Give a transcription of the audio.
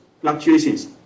fluctuations